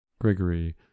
gregory